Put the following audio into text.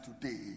today